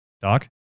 Doc